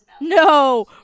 No